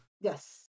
Yes